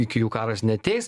iki jų karas neateis